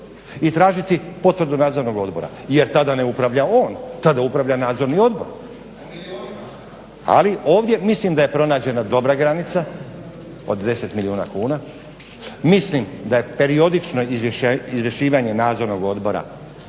i tražiti potvrdu Nadzornog odbora, jer tada ne upravlja on, tada upravlja Nadzorni odbor. Ali ovdje mislim da je pronađena dobra granica od 10 milijuna kuna. Mislim da je periodično izvješćivanje Nadzornog odbora